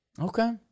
Okay